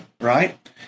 right